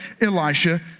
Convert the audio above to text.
Elisha